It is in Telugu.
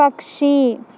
పక్షి